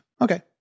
Okay